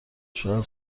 شاید